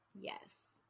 Yes